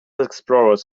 explorers